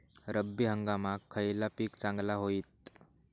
रब्बी हंगामाक खयला पीक चांगला होईत?